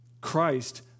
Christ